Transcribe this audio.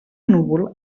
núvol